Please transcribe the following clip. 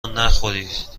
نخورید